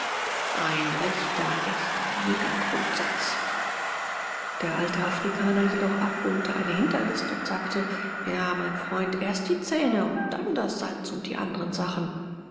ein rechter echter negergrundsatz der alte afrikaner jedoch argwöhnte eine hinterlist und sagte ja mein freund erst die zähne und dann das salz und die andren sachen